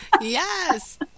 Yes